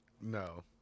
No